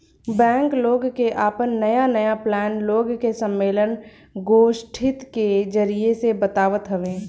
bank लोग के आपन नया नया प्लान लोग के सम्मलेन, गोष्ठी के जरिया से बतावत हवे